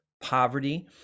poverty